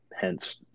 Hence